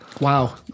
Wow